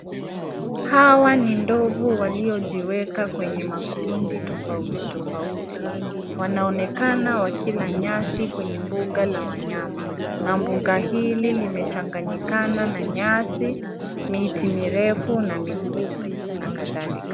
Hawa ni ndovu waliojiweka kwenye makundi tofauti tofauti. Wanaonekana wakila nyasi kwenye mbuga la wanyama, na mbuga hili limechanganyikana na nyasi miti mirefu na mifupi na kadhalika.